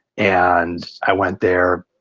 and i went there,